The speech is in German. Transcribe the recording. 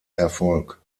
erfolg